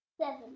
Seven